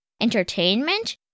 entertainment